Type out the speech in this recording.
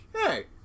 Hey